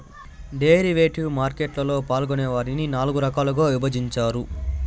derivative market లలో పాల్గొనే వారిని నాల్గు రకాలుగా విభజించారు